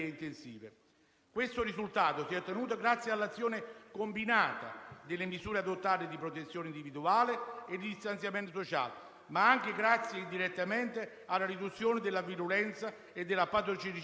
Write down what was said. Signor Presidente, in questa giornata di commemorazioni, voglio ricordare la figura di Mauro Mellini.